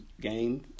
game